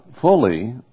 fully